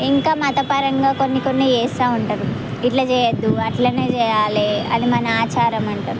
ఇంకా మతపరంగా కొన్ని కొన్ని చేస్తు ఉంటారు ఇట్లా చేయద్దు అట్లానే చేయాలి అది మన ఆచారం అంటాం